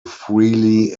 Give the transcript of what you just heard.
freely